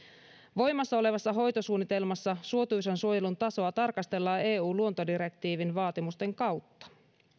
voimassa olevassa hoitosuunnitelmassa suotuisan suojelun tasoa tarkastellaan eun luontodirektiivin vaatimusten kautta